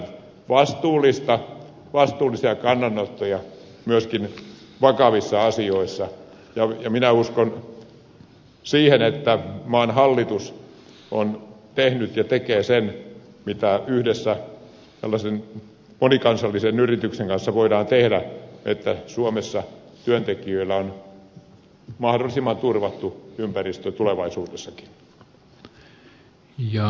sen sijaan tarvitaan vastuullisia kannanottoja myöskin vakavissa asioissa ja minä uskon siihen että maan hallitus on tehnyt ja tekee sen mitä yhdessä tällaisen monikansallisen yrityksen kanssa voidaan tehdä jotta suomessa työntekijöillä on mahdollisimman turvattu ympäristö tulevaisuudessakin